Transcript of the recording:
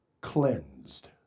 cleansed